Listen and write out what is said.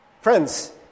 friends